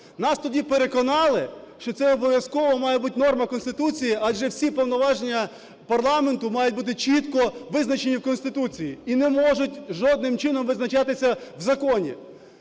Нас тоді переконали, що це обов'язково має бути норма Конституції, адже всі повноваження парламенту мають бути чітко визначені в Конституції і не можуть жодним чином визначатися в законі.